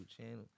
channel